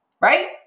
Right